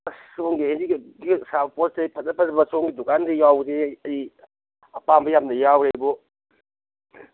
ꯑꯁ ꯁꯣꯝꯒꯤ ꯀꯦꯛ ꯁꯥꯕ ꯄꯣꯠ ꯆꯩ ꯐꯖ ꯐꯖꯕ ꯁꯣꯝꯒꯤ ꯗꯨꯀꯥꯟꯁꯤꯗ ꯌꯥꯎꯕꯁꯦ ꯑꯩ ꯑꯄꯥꯝꯕ ꯌꯥꯝꯅ ꯌꯥꯎꯔꯦꯕꯨ